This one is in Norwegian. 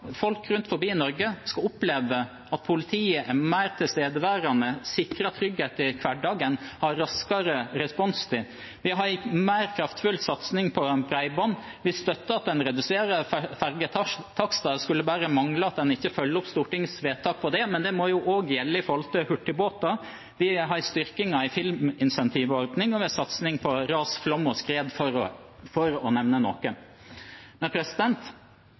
oppleve at politiet er mer tilstedeværende, sikrer trygghet i hverdagen, har kortere responstid. Vi har en mer kraftfull satsing på bredbånd. Vi støtter at en reduserer ferjetakstene, det skulle bare mangle at en ikke følger opp Stortingets vedtak om det, men det må også gjelde for hurtigbåter. Vi har en styrking av en filminsentivordning, og vi har en satsing mot ras, flom og skred, for å nevne noe. I sum handler det om hvordan vi skal bygge Norge i framtiden, hvordan vi skal sørge for å